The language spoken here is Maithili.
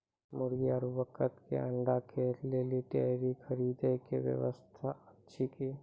मुर्गी आरु बत्तक के अंडा के लेल डेयरी के खरीदे के व्यवस्था अछि कि?